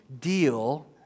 deal